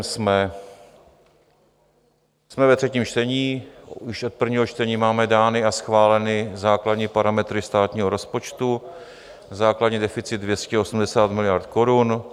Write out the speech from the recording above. Jsme ve třetím čtení, už od prvního čtení máme dány a schváleny základní parametry státního rozpočtu, základní deficit 280 miliard korun.